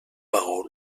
bagul